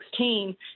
2016